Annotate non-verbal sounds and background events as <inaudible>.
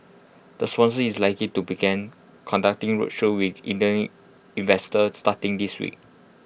the sponsor is likely to begin conducting roadshows with <unintelligible> investors starting this week